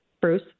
Bruce